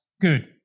Good